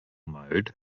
mode